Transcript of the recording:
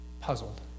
puzzled